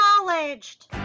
acknowledged